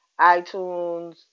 iTunes